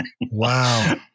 Wow